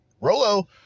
Rolo